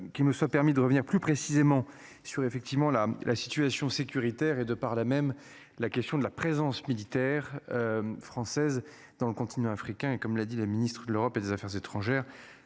Qu'il me soit permis de revenir plus précisément sur effectivement la la situation sécuritaire et de par là même la question de la présence militaire. Française dans le continent africain. Comme l'a dit la ministre de l'Europe et des Affaires étrangères.